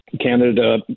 Canada